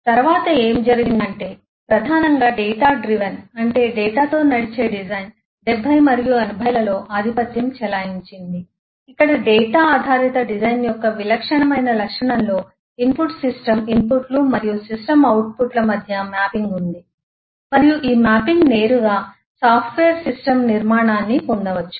తరువాత ఏమి జరిగిందంటే ప్రధానంగా డేటా డ్రివెన్ అంటే డేటాతో నడిచే డిజైన్ 70 మరియు 80 లలో ఆధిపత్యం చెలాయించింది ఇక్కడ డేటా ఆధారిత డిజైన్ యొక్క విలక్షణమైన లక్షణంలో ఇన్ పుట్ సిస్టమ్ ఇన్ పుట్లు మరియు సిస్టమ్ అవుట్ పుట్ల మధ్య మ్యాపింగ్ ఉంది మరియు ఈ మ్యాపింగ్ నేరుగా సాఫ్ట్వేర్ సిస్టమ్ నిర్మాణాన్ని పొందవచ్చు